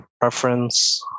preference